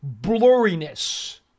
blurriness